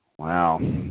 Wow